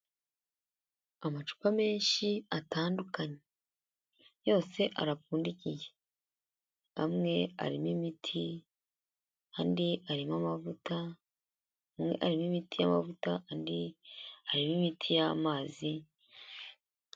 Amacupa menshi atandukanye yose arapfundikiye, amwe arimo imiti, andi arimo amavuta, amwe arimo imiti y'amavuta andi arimo imiti y'amazi.